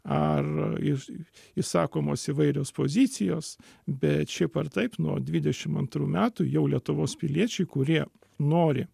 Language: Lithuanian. ar jis išsakomos įvairios pozicijos bet šiaip ar taip nuo dvidešimt antrų metų jau lietuvos piliečiai kurie nori